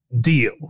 deal